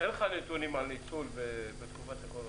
מה עם נתונים על ניצול בתקופת הקורונה?